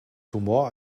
humor